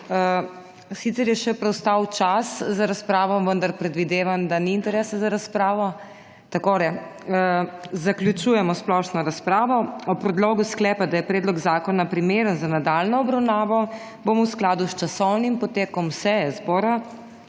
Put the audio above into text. Sicer je še ostal čas za razpravo, vendar predvidevam, da ni interesa za razpravo? (Ne.) Zaključujemo splošno razpravo. O predlogu sklepa, da je predlog zakona primeren za nadaljnjo obravnavo, bomo v skladu s časovnim potekom seje zbora